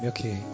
Okay